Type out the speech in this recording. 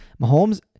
Mahomes